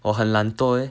我很懒惰 eh